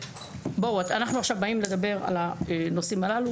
בואו, אנחנו עכשיו באים לדבר על הנושאים הללו.